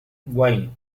wayne